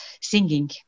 singing